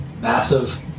Massive